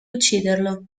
ucciderlo